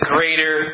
Greater